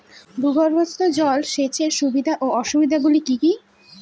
ভূগর্ভস্থ জল সেচের সুবিধা ও অসুবিধা গুলি কি কি?